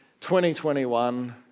2021